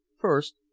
First